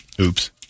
Oops